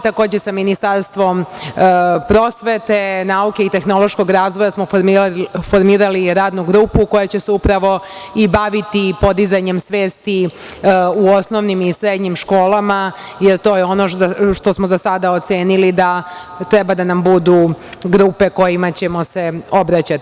Takođe, sa Ministarstvom prosvete, nauke i tehnološkog razvoja smo formirali radnu grupu koja će se upravo baviti podizanjem svesti u osnovnim i srednjim školama, jer to je ono što smo za sada ocenili da treba da nam budu grupe kojima ćemo se obraćati.